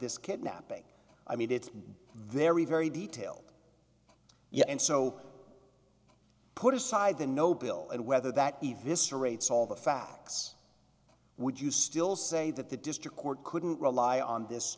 this kidnapping i mean it's very very detail yet and so put aside the no bill and whether that if this rates all the facts would you still say that the district court couldn't rely on this